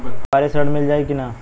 व्यापारी ऋण मिल जाई कि ना?